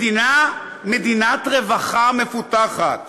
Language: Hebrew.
מדינת רווחה מפותחת,